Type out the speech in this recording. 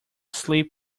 sleep